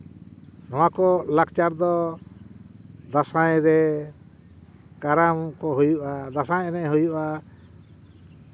ᱱᱚᱣᱟ ᱠᱚ ᱞᱟᱠᱪᱟᱨ ᱫᱚ ᱫᱟᱸᱥᱟᱭ ᱨᱮ ᱠᱟᱨᱟᱢ ᱠᱚ ᱦᱩᱭᱩᱜᱼᱟ ᱫᱟᱸᱥᱟᱭ ᱮᱱᱮᱡ ᱦᱩᱭᱩᱜᱼᱟ